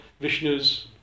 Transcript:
Vishnu's